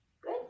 Good